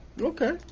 Okay